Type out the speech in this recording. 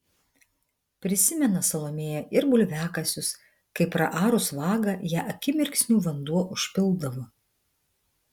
prisimena salomėja ir bulviakasius kai praarus vagą ją akimirksniu vanduo užpildavo